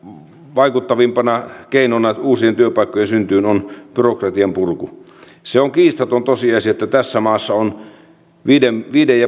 vaikuttavimmista keinoista uusien työpaikkojen syntyyn on byrokratian purku se on kiistaton tosiasia että tässä maassa viiden pilkku viiden